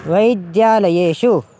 वैद्यालयेषु